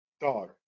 dog